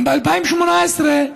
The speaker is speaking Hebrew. גם ב-2018,